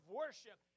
worship